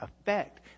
effect